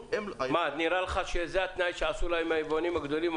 נראה לך שזה התנאי שעשו להם היבואנים הגדולים?